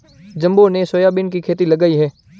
जम्बो ने सोयाबीन की खेती लगाई है